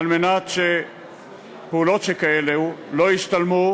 על מנת שפעולות שכאלה לא ישתלמו,